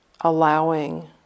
allowing